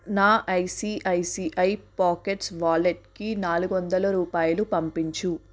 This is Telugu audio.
నా ఐసిఐసిఐ పోకెట్స్ వాలెట్కి నాలుగు వందల రూపాయలు పంపించు